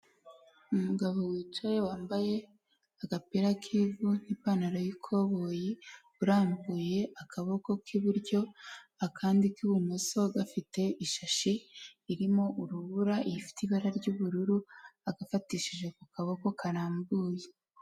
Umugabo wicaye wambaye agapira k'ivu n'ipantaro y'ikoboyi urambuye akaboko k'iburyo akandi k'ibumoso gafite ishashi irimo urubura ifite ibara ry'ubururu agafatishije ku kaboko karambuye.